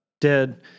dead